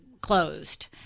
closed